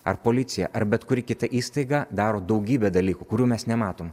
ar policija ar bet kuri kita įstaiga daro daugybę dalykų kurių mes nematom